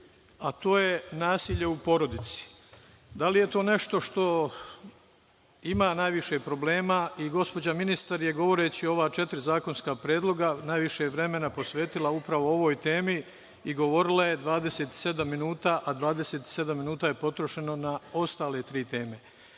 a to je nasilje u porodici. Da li je to nešto što ima najviše problema? Gospođa ministar je, govoreći o ova četiri zakonska predloga, najviše vremena posvetila upravo ovoj temi i govorila je 27 minuta, a 27 minuta je potrošeno na ostale tri teme.